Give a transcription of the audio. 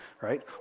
right